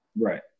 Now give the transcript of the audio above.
Right